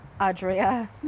Adria